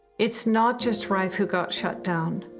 it's not just rife who got shut down.